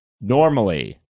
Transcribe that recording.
Normally